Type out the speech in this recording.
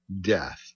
death